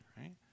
right